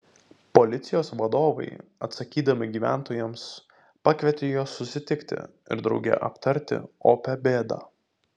policijos vadovai atsakydami gyventojams pakvietė juos susitikti ir drauge aptarti opią bėdą